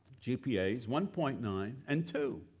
gpas, one point nine and two,